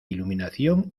iluminación